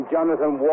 Jonathan